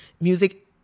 music